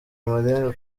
amarenga